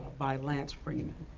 by lance freeman.